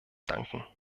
danken